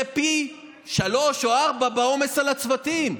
זה פי שלושה או ארבעה בעומס על הצוותים.